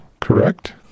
correct